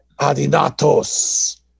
Adinatos